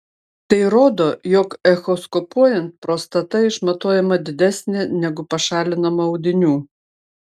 tai rodo jog echoskopuojant prostata išmatuojama didesnė negu pašalinama audinių